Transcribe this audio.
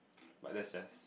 but that's just